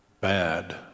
Bad